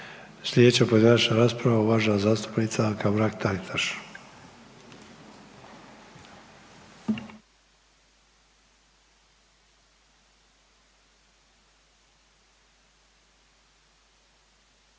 Sljedeća pojedinačna rasprava uvažena zastupnica Anka Mrak Taritaš.